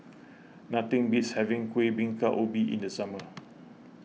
nothing beats having Kuih Bingka Ubi in the summer